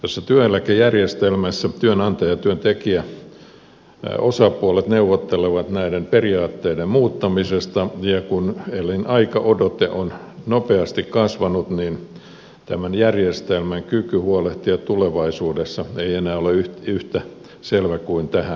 tässä työeläkejärjestelmässä työnantaja ja työntekijäosapuolet neuvottelevat näiden periaatteiden muuttamisesta ja kun elinaikaodote on nopeasti kasvanut niin tämän järjestelmän kyky huolehtia tulevaisuudessa ei ole enää yhtä selvä kuin tähän asti